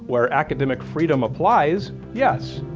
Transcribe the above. where academic freedom applies, yes.